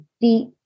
deep